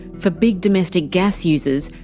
for big domestic gas users,